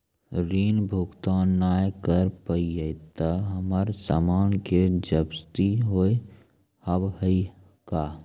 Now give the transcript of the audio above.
ऋण भुगतान ना करऽ पहिए तह हमर समान के जब्ती होता हाव हई का?